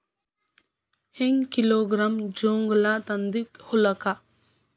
ಹೆಂಗ್ ಕಿಲೋಗ್ರಾಂ ಗೋಂಜಾಳ ತಂದಿ ಹೊಲಕ್ಕ?